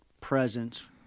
presence